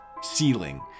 ceiling